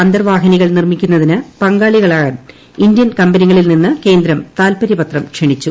അന്തർവാഹിനികൾ നിർമ്മിക്കുന്നതിന് പങ്കാളികളാകാൻ ഇന്ത്യൻ കമ്പനികളിൽ നിന്ന് കേന്ദ്രം താൽപര്യ പത്രം ക്ഷണിച്ചു